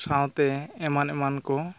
ᱥᱟᱶᱛᱮ ᱮᱢᱟᱱ ᱮᱢᱟᱱᱠᱚ